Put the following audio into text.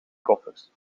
koffers